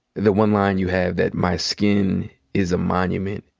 the one line you have that, my skin is a monument.